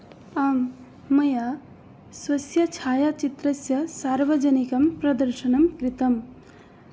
आं मया स्वस्य छायाचित्रस्य सार्वजनिकं प्रदर्शनं कृतं